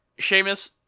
Seamus